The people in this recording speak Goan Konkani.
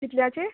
कितल्याची